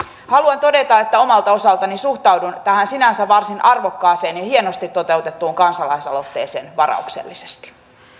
haluan todeta että omalta osaltani suhtaudun tähän sinänsä varsin arvokkaaseen ja hienosti toteutettuun kansalaisaloitteeseen varauksellisesti